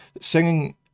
Singing